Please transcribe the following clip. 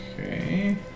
okay